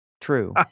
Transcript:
true